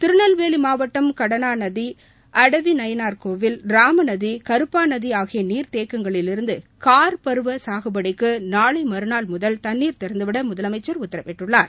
திருநெல்வேலி மாவட்டம் கடனாநதி அடவிநயினார்கோவில் ராமநதி கருப்பாநதி ஆகிய நீர்த்தேக்கங்களிலிருந்து கார் பருவ சாகுபடிக்கு நாளை மற்றாள் முதல் தண்ணீர் திறந்துவிட முதலமைச்சர் உத்தரவிட்டுள்ளார்